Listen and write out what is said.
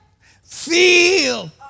feel